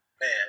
Man